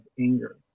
anger